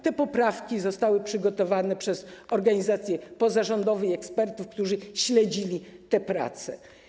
Te poprawki zostały przygotowane przez organizacje pozarządowe i ekspertów, którzy śledzili te prace.